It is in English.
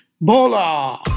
Bola